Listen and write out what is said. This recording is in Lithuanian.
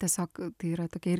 tiesiog tai yra tokia ir